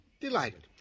Delighted